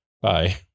Bye